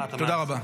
תודה רבה.